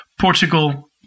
Portugal